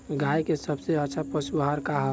गाय के सबसे अच्छा पशु आहार का ह?